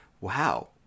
wow